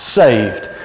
saved